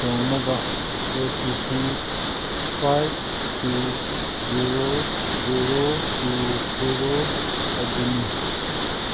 ꯇꯧꯅꯕ O T P five two zero zero